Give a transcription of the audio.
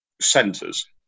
centres